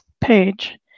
page